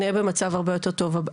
נהיה במצב הרבה יותר טוב.